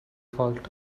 fault